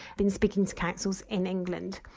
been speaking to councils in england.